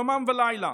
יומם ולילה,